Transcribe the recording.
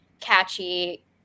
catchy